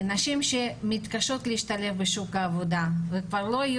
נשים שמתקשות להשתלב בשוק העבודה כבר לא יהיו